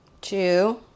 two